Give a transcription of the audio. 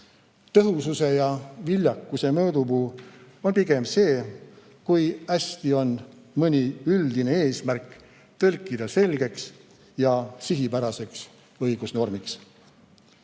Tõhususe ja viljakuse mõõdupuu on pigem see, kui hästi on õnnestunud mõni üldine eesmärk tõlkida selgeks ja sihipäraseks õigusnormiks.